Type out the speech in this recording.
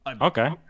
Okay